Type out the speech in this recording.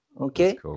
Okay